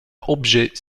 objet